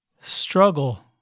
struggle